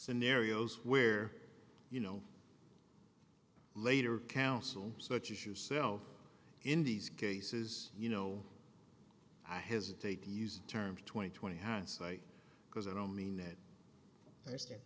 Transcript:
scenarios where you know later council such as yourself indies cases you know i hesitate to use the term twenty twenty hindsight because i don't mean it has t